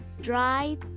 dry